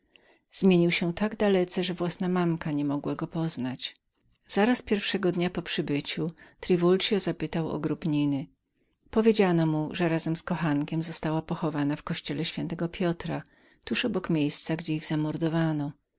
zmienił się tak dalece że własna mamka nie mogła go poznać zaraz pierwszego dnia po przybyciu triwuld wywiedział się gdzie był grób niny powiedziano mu że razem ze zwłokami kochanka została pochowaną w kościele świętego piotra tuż obok miejsca gdzie ich zamordowano